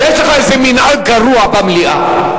יש לך איזה מנהג גרוע במליאה.